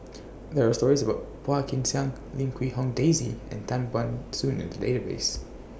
There Are stories about Phua Kin Siang Lim Quee Hong Daisy and Tan Ban Soon in The Database